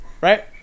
Right